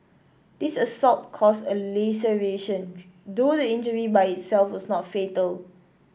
this assault caused a laceration though the injury by itself was not fatal